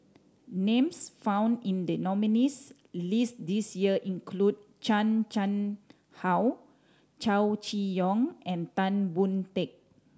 names found in the nominees' list this year include Chan Chang How Chow Chee Yong and Tan Boon Teik